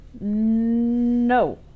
No